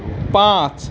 پانٛژھ